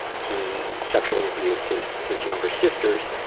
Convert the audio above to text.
he sexually abused his his younger sisters,